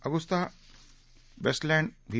Agusta Westland V